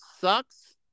sucks